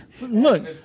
look